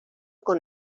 con